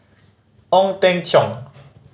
Ong Teng Cheong